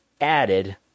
added